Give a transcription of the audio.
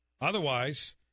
Otherwise